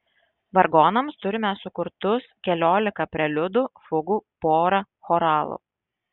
vargonams turime sukurtus keliolika preliudų fugų porą choralų